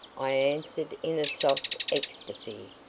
i answered in a soft ecstasy.